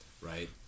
right